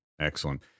excellent